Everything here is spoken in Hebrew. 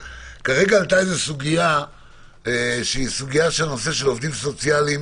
ניר, כרגע עלתה סוגיה של נושא העובדים הסוציאליים.